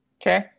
Okay